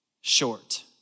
short